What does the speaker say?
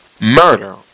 Murder